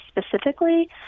specifically